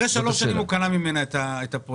אחרי שלוש שנים הוא קנה ממנה את הפרויקט,